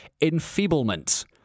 enfeeblement